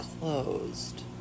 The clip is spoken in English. closed